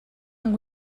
amb